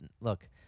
look